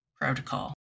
protocol